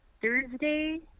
Thursday